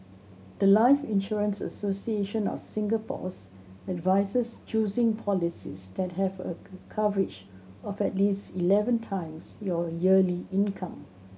the life Insurance Association of Singapore's advises choosing policies that have a coverage of at least eleven times your yearly income